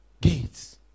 gates